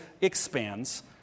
expands